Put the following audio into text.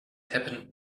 happened